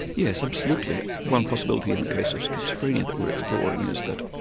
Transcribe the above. yes absolutely. one possibility in the case of schizophrenia that we're exploring is that